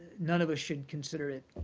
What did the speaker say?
none of us should consider it